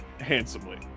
handsomely